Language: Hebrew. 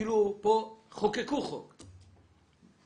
פה חוקקו את החוק,